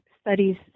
studies